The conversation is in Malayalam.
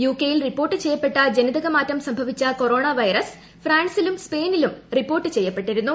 യുകെയിൽ റിപ്പോർട്ട് ചെയ്യപ്പെട്ട ജനിതക മാറ്റം സംഭവിച്ച കൊറോണ വൈറസ് ഫ്രാൻസിലും സ്പെയിനിലും റിപ്പോർട്ട് ചെയ്യപ്പെട്ടിരുന്നു